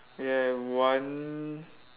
we have one